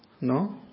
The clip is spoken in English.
No